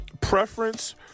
Preference